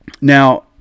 Now